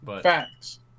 Facts